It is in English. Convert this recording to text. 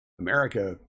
america